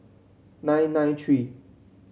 nine nine three